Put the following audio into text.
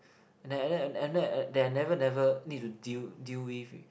that I never never need to deal deal with with